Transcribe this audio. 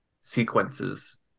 sequences